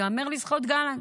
ייאמר לזכות גלנט